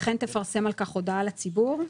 וכן תפרסם על כך הודעה לציבור".